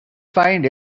find